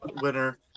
winner